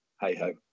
hey-ho